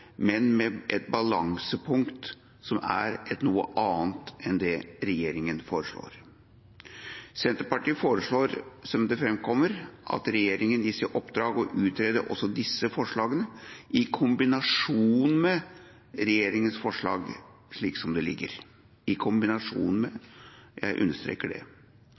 men med et balansepunkt som er et noe annet enn det regjeringen foreslår. Som det framkommer, foreslår Senterpartiet at regjeringen gis i oppdrag å utrede også disse forslagene i kombinasjon med regjeringens forslag slik som det foreligger. I kombinasjon med – jeg understreker det.